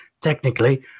Technically